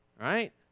Right